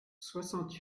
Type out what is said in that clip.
soixante